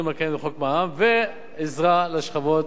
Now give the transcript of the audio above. ועזרה לשכבות החלשות.